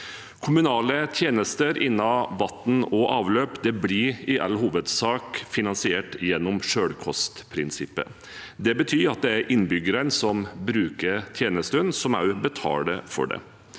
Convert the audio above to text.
Kommunale tjenester innen vann og avløp blir i all hovedsak finansiert gjen nom selvkostprinsippet. Det betyr at det er innbyggerne som bruker tjenestene, som også betaler for dem.